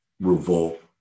Revolt